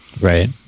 Right